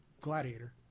Gladiator